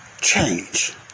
change